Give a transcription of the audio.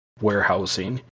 warehousing